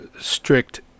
strict